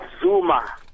Zuma